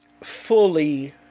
fully